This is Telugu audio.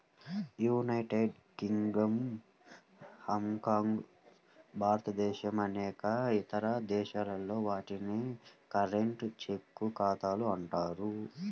యునైటెడ్ కింగ్డమ్, హాంకాంగ్, భారతదేశం అనేక ఇతర దేశాల్లో, వాటిని కరెంట్, చెక్ ఖాతాలు అంటారు